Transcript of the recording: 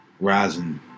rising